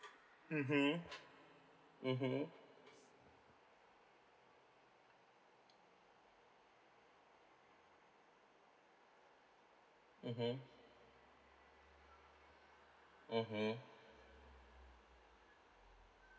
mmhmm mmhmm mmhmm mmhmm